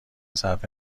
صرف